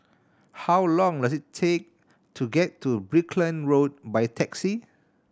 how long does it take to get to Brickland Road by taxi